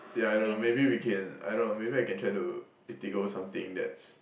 ya I don't know maybe we can I don't know maybe I can try to Eatigo something that's